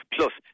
Plus